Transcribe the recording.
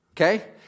okay